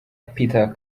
peter